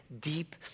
deep